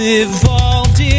evolved